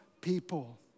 people